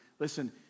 Listen